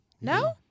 No